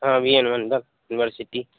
B N Mandal university